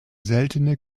seltene